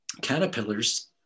Caterpillars